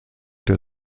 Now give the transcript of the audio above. der